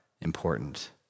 important